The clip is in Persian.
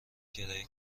کرایه